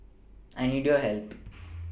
I need your help